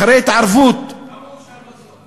אחרי התערבות, כמה אושר בסוף?